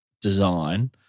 design